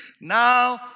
now